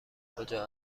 کجا